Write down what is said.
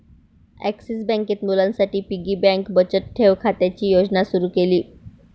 axis बँकेत मुलांसाठी piggy bank बचत ठेव खात्याची योजना सुरू केली